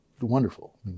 Wonderful